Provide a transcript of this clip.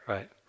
Right